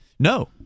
No